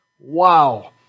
Wow